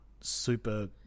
super